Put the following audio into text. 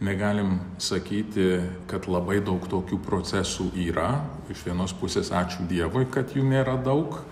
negalim sakyti kad labai daug tokių procesų yra iš vienos pusės ačiū dievui kad jų nėra daug